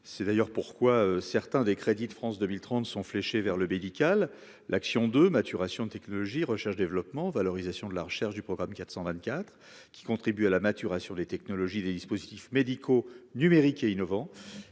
c'est d'ailleurs pourquoi certains des crédits de France 2030 sont fléchés vers le médical, l'action de maturation de technologie recherche développement, valorisation de la recherche du programme 424 qui contribue à la maturation des technologies, des dispositifs médicaux numériques et innovant